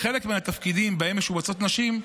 בחלק מהתפקידים שבהם משובצות נשים,